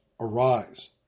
arise